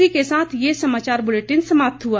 इसी के साथ ये समाचार बुलेटिन समाप्त हुआ